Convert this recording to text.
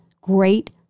great